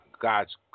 God's